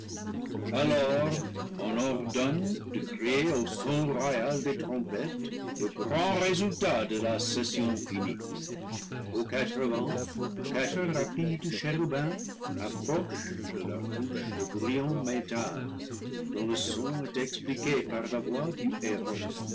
royal des trompettes le grand résultat de la session finie aux quatre vents quatre rapides chérubins approchent de leur bouche le bruyant métal dont le son est expliqué par la voix du héraut